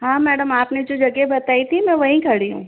हाँ मैडम आप ने जो जगह बताई थी मैं वहीं खड़ी हूँ